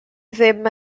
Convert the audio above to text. ddim